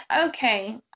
okay